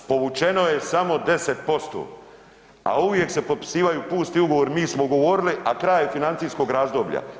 Povučeno je samo 10%, a uvijek se potpisivaju pusti ugovori, mi smo govorili a kraj je financijskog razdoblja.